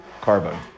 carbon